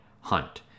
hunt